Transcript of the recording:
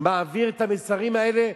מעביר את המסרים האלה.